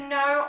no